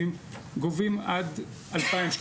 גובים עד 2,000,